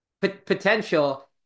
Potential